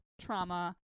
trauma